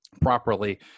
properly